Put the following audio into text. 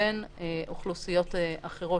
לבין אוכלוסיות אחרות.